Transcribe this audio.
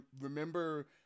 remember